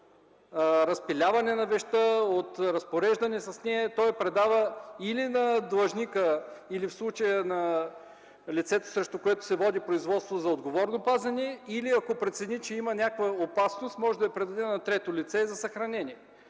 от разпиляване на вещта, от разпореждане с нея, той я предава или на длъжника, или в случая на лицето, срещу което се води производство за отговорно пазене, или ако прецени, че има някаква опасност, може да я предаде на трето лице за съхранение,